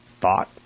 thought